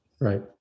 Right